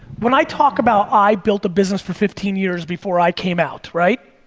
when i talk about i built a business for fifteen years before i came out, right?